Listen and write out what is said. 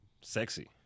sexy